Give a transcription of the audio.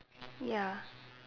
ya